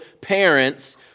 parents